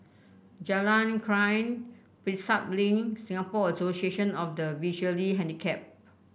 Jalan Krian Prinsep Link Singapore Association of the Visually Handicapped